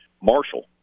Marshall